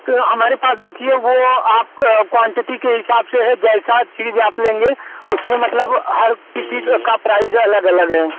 तो हमारे पास देखिए वह आप क्वांटिटी के हिसाब से है जैसी चीज़ आप लेंगे उसमें मतलब हर किसी का प्राइज़ अलग अलग है